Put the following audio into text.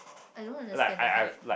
I don't understand the hype